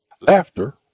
Laughter